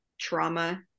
trauma